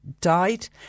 died